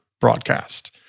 broadcast